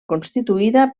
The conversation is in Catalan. constituïda